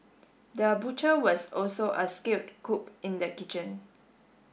the butcher was also a skilled cook in the kitchen